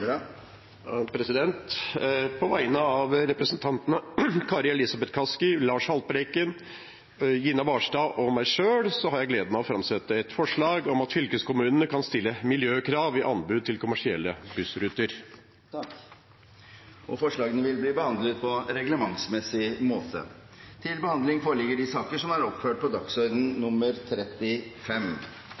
På vegne av representantene Kari Elisabeth Kaski, Lars Haltbrekken, Gina Barstad og meg selv har jeg gleden av å framsette et forslag om at fylkeskommunene kan stille miljøkrav i anbud til kommersielle bussruter. Forslagene vil bli behandlet på reglementsmessig måte.